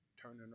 turning